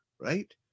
right